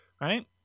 right